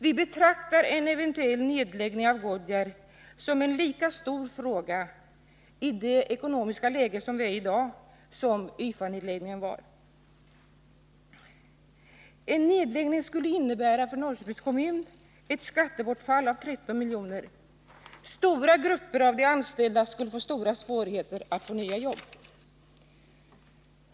Vi betraktar en eventuell nedläggning av Goodyear som en lika stor fråga i det ekonomiska läge som vi i dag har som YFA-nedläggningen var. En nedläggning skulle för Norrköpings kommun innebära ett skattebortfall på 13 milj.kr. Stora grupper av de anställda skulle få stora svårigheter att få nya jobb.